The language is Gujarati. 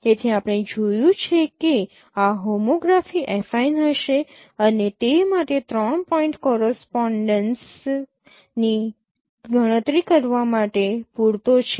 તેથી આપણે જોયું છે કે આ હોમોગ્રાફી એફાઇન હશે અને તે માટે 3 પોઇન્ટ કોરસપોનડેન્સ ની ગણતરી કરવા માટે પૂરતો છે